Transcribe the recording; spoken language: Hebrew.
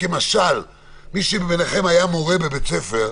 מי מביניכם שהיה מורה בבית ספר,